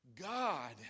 God